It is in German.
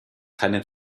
keinen